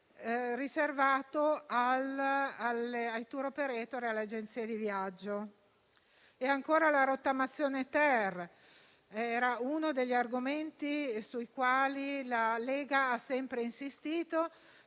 riservato ai *tour operator* e alle agenzie di viaggio. E ancora la rottamazione-*ter*: questo è uno degli argomenti sui quali la Lega ha sempre insistito,